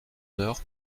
d’heure